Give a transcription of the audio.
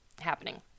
happening